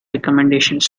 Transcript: recommendations